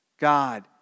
God